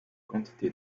quantité